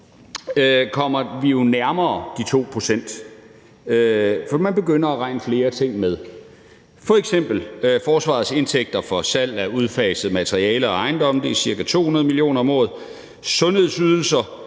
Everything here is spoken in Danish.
kommer vi jo nærmere de 2 pct., for man begynder at regne flere ting med, f.eks. forsvarets indtægter fra salg af udfaset materiale og ejendomme, hvilket er ca. 200 mio. kr. om året, sundhedsydelser